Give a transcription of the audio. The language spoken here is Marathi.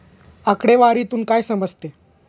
आकडेवारीतून काय समजते?